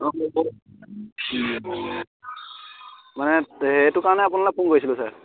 মানে সেইটো কাৰনে আপোনালোকে ফোন কৰিছিলোঁ ছাৰ